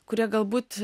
kurie galbūt